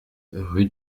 rue